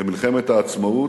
במלחמת העצמאות,